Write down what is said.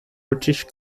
british